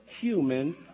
human